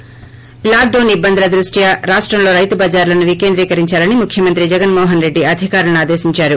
ి లాక్డౌన్ ఇబ్బందుల దృష్ట్యా రాష్టంలో రైతు బజార్లను వికేంద్రీకరించాలని ముఖ్యమంత్రి జగన్మో హన్రెడ్డి అధికారులను ఆదేశించారు